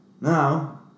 Now